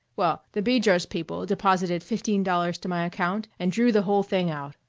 well, the bedros people deposited fifteen dollars to my account and drew the whole thing out.